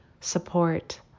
support